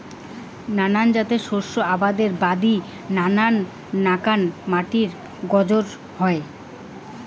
নানান জাতের শস্য আবাদির বাদি নানান নাকান মাটির গরোজ হই